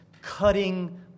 cutting